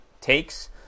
takes